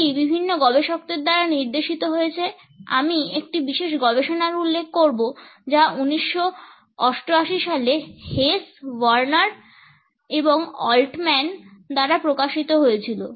এটি বিভিন্ন গবেষকদের দ্বারা নির্দেশিত হয়েছে আমি একটি বিশেষ গবেষণার উল্লেখ করব যা 1988 সালে হেস ওয়ার্নার এবং অল্টম্যান দ্বারা প্রকাশিত হয়েছিল